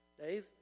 Dave